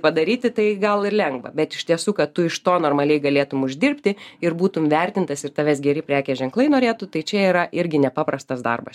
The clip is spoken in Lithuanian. padaryti tai gal ir lengva bet iš tiesų kad tu iš to normaliai galėtum uždirbti ir būtum vertintas ir tavęs geri prekės ženklai norėtų tai čia yra irgi nepaprastas darbas